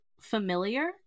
familiar